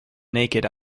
naked